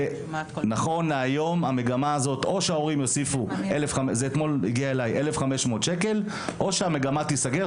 שעכשיו ההורים צריכים להוסיף 1,500 שקל אחרת המגמה תיסגר.